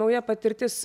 nauja patirtis